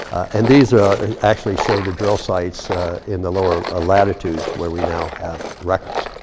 and these actually show the drill sites in the lower ah latitudes where we now have wreckers.